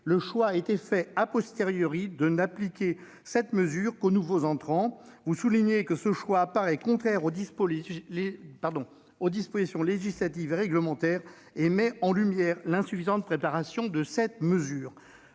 le choix a été fait de n'appliquer cette mesure qu'aux nouveaux entrants. Vous soulignez que « ce choix apparaît contraire aux dispositions législatives et réglementaires et met en lumière l'insuffisante préparation de cette mesure. »